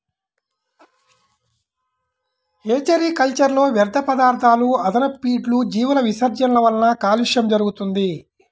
hatchery కల్చర్లో వ్యర్థపదార్థాలు, అదనపు ఫీడ్లు, జీవుల విసర్జనల వలన కాలుష్యం జరుగుతుంది